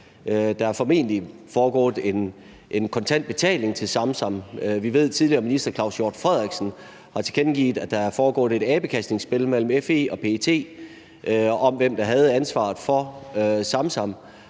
Der har formentlig været en kontant betaling til Samsam. Vi ved, at den tidligere minister Claus Hjort Frederiksen har tilkendegivet, at der er foregået abekastningsspil mellem FE og PET om, hvem der havde ansvaret for Samsam,